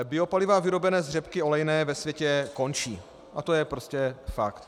Biopaliva vyrobená z řepky olejné ve světě končí a to je prostě fakt.